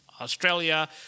Australia